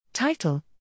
Title